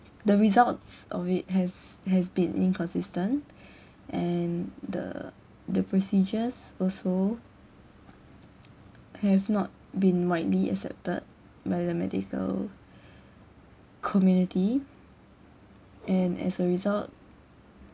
the results of it has has been inconsistent and the the procedures also have not been widely accepted by the medical community and as a result